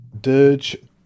Dirge